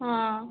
ହଁ